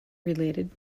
related